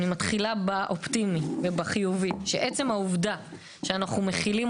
אני מתחילה באופטימי ובחיובי שאנו מחילים